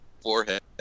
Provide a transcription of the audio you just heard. forehead